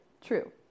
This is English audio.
True